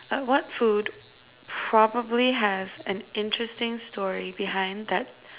uh what food probably has an interesting story behind that